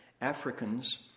Africans